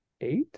eight